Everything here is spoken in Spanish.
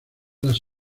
las